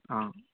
ఆ